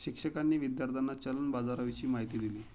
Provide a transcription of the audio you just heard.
शिक्षकांनी विद्यार्थ्यांना चलन बाजाराविषयी माहिती दिली